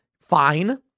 Fine